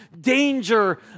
danger